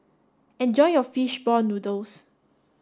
enjoy your fish ball noodles